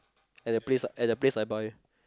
at the place at the place I buy